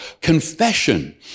confession